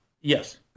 Yes